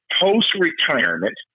post-retirement